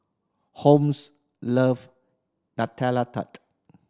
Homes love Nutella Tart